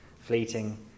Fleeting